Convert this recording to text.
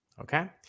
Okay